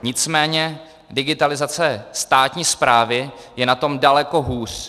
Nicméně digitalizace státní správy je na tom daleko hůř.